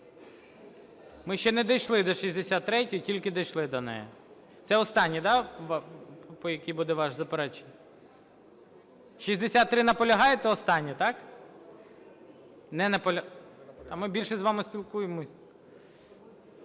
Ми ще не дійшли до 63-ї, тільки дійшли до неї. Це остання, так, по якій буде ваше заперечення? 63, наполягаєте востаннє, так? Не наполягаєте. Та ми більше з вами спілкуємось.